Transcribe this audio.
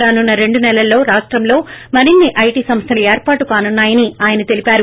రానున్న రెండు నెలల్లో రాష్టంలో మరిన్ని ఐటి సంస్థలు ఏర్పాటు కానున్నాయని ఆయన తెలిపారు